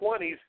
20s